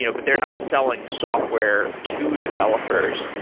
you know but they're not selling software to developers.